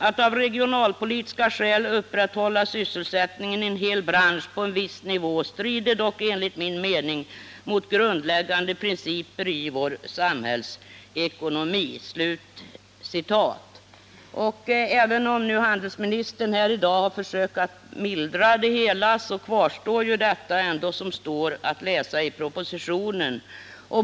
Att av regionalpolitiska skäl upprätthålla sysselsättningen i en hel bransch på en viss nivå strider dock enligt min mening mot grundläggande principer i vår samhällsekonomi.” Även om handelsministern här i dag har försökt mildra det hela, kvarstår ändå vad som står att läsa i propositionen.